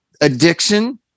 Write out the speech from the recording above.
addiction